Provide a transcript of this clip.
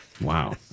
Wow